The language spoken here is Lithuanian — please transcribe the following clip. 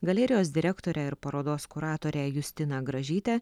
galerijos direktorę ir parodos kuratorę justiną gražytę